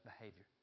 behavior